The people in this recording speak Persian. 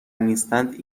نیستند